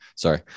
Sorry